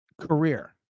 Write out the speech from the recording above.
career